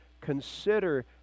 consider